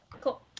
Cool